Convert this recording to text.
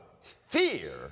fear